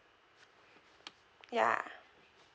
ya